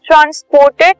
transported